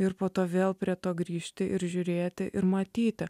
ir po to vėl prie to grįžti ir žiūrėti ir matyti